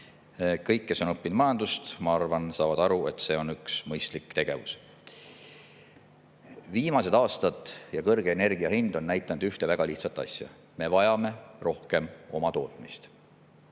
Kõik, kes on õppinud majandust, ma arvan, saavad aru, et see on mõistlik tegevus. Viimased aastad ja kõrge energiahind on näidanud ühte väga selget asja: me vajame rohkem omatootmist.